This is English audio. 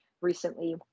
recently